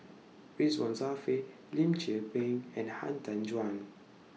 Ridzwan Dzafir Lim Tze Peng and Han Tan Juan